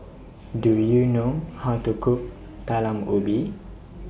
Do YOU know How to Cook Talam Ubi